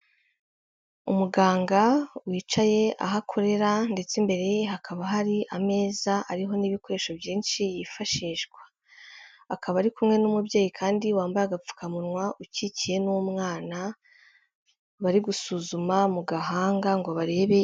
Umuganga wicaye aho akorera ndetse imbere ye hakaba hari ameza ariho n'ibikoresho byinshi yifashishwa akaba ari kumwe n'umubyeyi kandi wambaye agapfukamunwa ukikiye n'umwana bari gusuzuma mu gahanga ngo barebe.